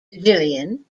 jillian